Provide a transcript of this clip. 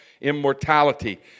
immortality